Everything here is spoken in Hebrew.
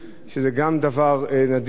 שזה גם דבר נדיר,